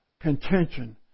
contention